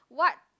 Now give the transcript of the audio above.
what